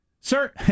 sir